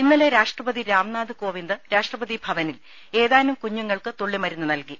ഇന്നലെ രാഷ്ട്രപതി രാംനാഥ് കോവിന്ദ് രാഷ്ട്രപതി ഭവനിൽ ഏതാനും കുഞ്ഞു ങ്ങൾക്ക് തുള്ളിമരുന്ന് നൽകി